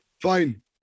Fine